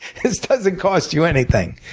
this doesn't cost you anything.